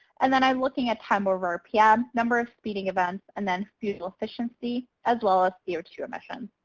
and then i'm looking at time over rpm, number of speeding events, and then fuel efficiency, as well as c o two emissions.